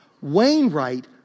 Wainwright